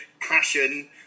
passion